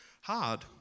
hard